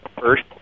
first